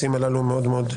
יש